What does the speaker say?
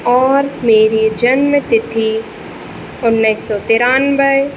और मेरी जन्मतिथि उन्नीस सौ तेरानवे